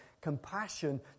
compassion